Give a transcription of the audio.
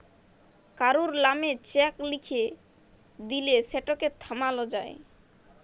কারুর লামে চ্যাক লিখে দিঁলে সেটকে থামালো যায়